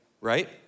right